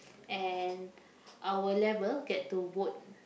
and our level get to vote